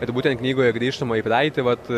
ir būtent knygoje grįžtama į praeitį vat